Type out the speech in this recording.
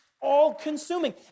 all-consuming